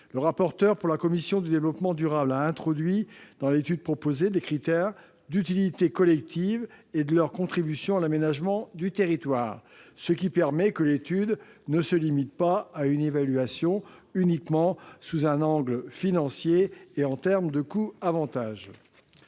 du territoire et du développement durable a introduit dans l'étude proposée les critères d'« utilité collective » et de « contribution à l'aménagement du territoire », ce qui permet de ne pas limiter l'étude à une évaluation uniquement sous un angle financier et en termes de coût-avantage.